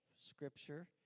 scripture